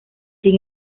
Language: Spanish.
sin